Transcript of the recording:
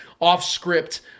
off-script